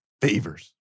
favors